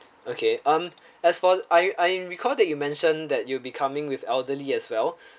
okay um as for I I recall that you mentioned that you'll be coming with elderly as well